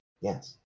Yes